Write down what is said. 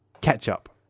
ketchup